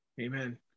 amen